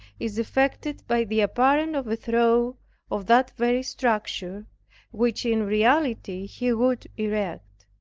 is effected by the apparent overthrow of that very structure which in reality he would erect.